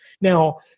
Now